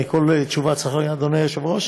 אני בכל תשובה צריך להגיד אדוני היושב-ראש?